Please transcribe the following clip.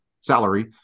salary